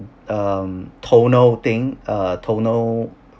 um tonal thing uh tonal